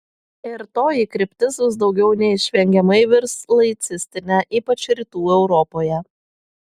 ir toji kryptis vis daugiau neišvengiamai virs laicistine ypač rytų europoje